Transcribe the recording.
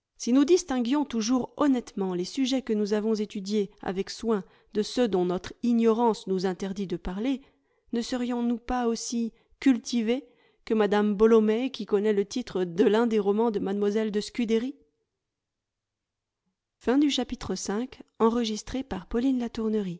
si nous distinguions toujours honnêtement les sujets que nous avons étudiés avec soin de ceux dont notre ignorance nous interdit de parler ne serions-nous pas aussi cultivés que madame bolomey qui connaît le titre de l'un des romans de m de scudéry